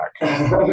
back